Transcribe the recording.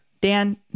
Dan